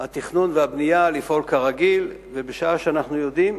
התכנון והבנייה לפעול כרגיל, בשעה שאנחנו יודעים